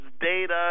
data